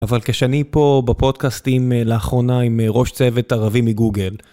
אבל כשאני פה בפודקאסטים לאחרונה עם ראש צוות ערבי מגוגל,